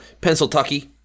Pennsylvania